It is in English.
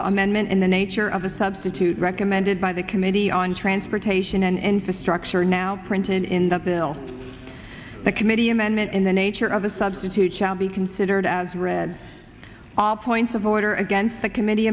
the amendment in the nature of a substitute recommended by the committee on transportation and infrastructure now printed in the bill the committee amendment in the nature of a substitute shall be considered as read all points of order against the committee